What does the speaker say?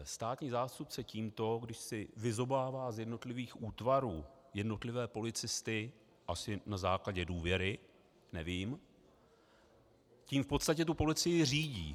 Státní zástupce tímto, když si vyzobává z jednotlivých útvarů jednotlivé policisty, asi na základě důvěry, nevím, v podstatě policii řídí.